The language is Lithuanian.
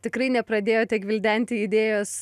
tikrai nepradėjote gvildenti idėjos